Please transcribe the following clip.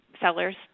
sellers